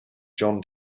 john